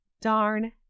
darn